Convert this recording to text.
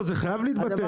זה חייב להתבטל.